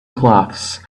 cloths